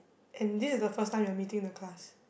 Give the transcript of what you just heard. and this is the first time you're meeting the class